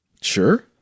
Sure